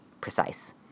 precise